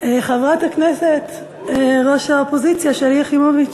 חברת הכנסת ראש האופוזיציה שלי יחימוביץ.